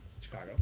Chicago